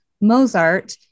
Mozart